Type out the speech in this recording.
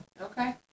okay